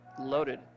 loaded